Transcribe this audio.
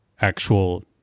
actual